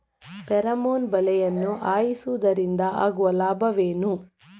Pheromone ಬಲೆಯನ್ನು ಹಾಯಿಸುವುದರಿಂದ ಆಗುವ ಲಾಭವೇನು?